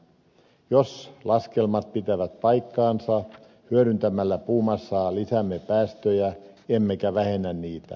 jos laskelmat pitävät paikkansa hyödyntämällä puumassaa lisäämme päästöjä emmekä vähennä niitä